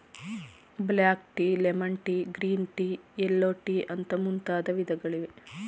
block tea, lemon tea, green tea, yellow tea ಅಂತ ಮುಂತಾದ ವಿಧಗಳಿವೆ